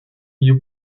you